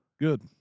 Good